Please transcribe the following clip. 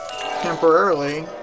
temporarily